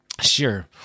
Sure